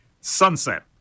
sunset